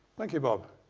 thank you bob.